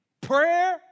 Prayer